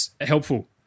helpful